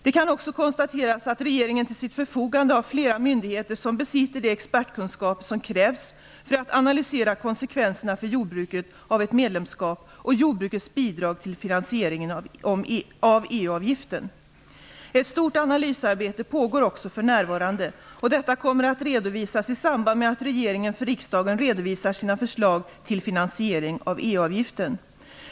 Det kan också konstateras att regeringen till sitt förfogande har flera myndigheter som besitter de expertkunskaper som krävs för att analysera konsekvenserna för jordbruket av ett medlemskap och jordbrukets bidrag till finansieringen av EU-avgiften. Ett stort analysarbete pågår också för närvarande. Detta kommer att redovisas i samband med att regeringen för riksdagen redovisar sina förslag till finansiering av EU-avgiften.